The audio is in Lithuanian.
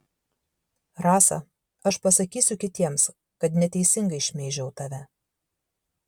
rasa aš pasakysiu kitiems kad neteisingai šmeižiau tave